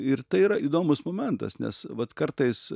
ir tai yra įdomus momentas nes vat kartais